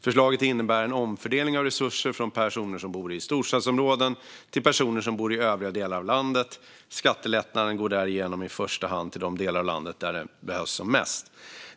Förslaget innebär en omfördelning av resurser från personer som bor i storstadsområden till personer som bor i övriga delar av landet. Skattelättnaden går därigenom i första hand till de delar av landet där den behövs som mest.